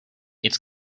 its